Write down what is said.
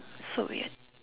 so weird